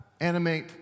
animate